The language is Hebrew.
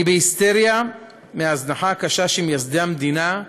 אני בהיסטריה מההזנחה הקשה שמייסדי המדינה,